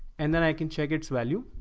and then i can check its value.